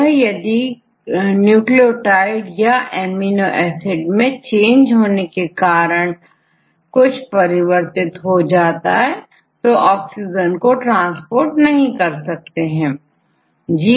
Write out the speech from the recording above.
यह यदि न्यूक्लियोटाइड या एमिनो एसिड में चेंज होने के कारण कुछ परिवर्तित हो जाए तो ऑक्सीजन ट्रांसपोर्ट नहीं कर पाएंगे